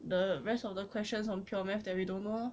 the rest of the questions on pure maths that we don't know lor